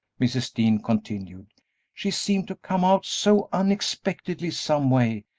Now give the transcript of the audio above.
mrs. dean continued she seemed to come out so unexpectedly some way,